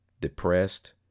depressed